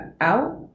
out